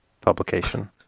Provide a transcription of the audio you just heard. publication